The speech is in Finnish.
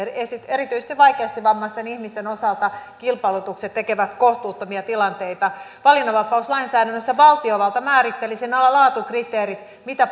erityisesti vaikeasti vammaisten ihmisten osalta kilpailutukset tekevät kohtuuttomia tilanteita valinnanvapauslainsäädännössä valtiovalta määrittelisi sen alan laatukriteerit mitä